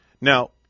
Now